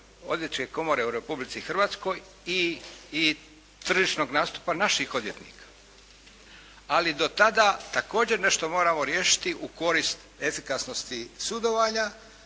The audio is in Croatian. odvjetničke komore u Republici Hrvatskoj i tržišnog nastupa naših odvjetnika. Ali do tada također nešto moramo riješiti u korist efikasnosti sudovanja,